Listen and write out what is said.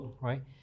right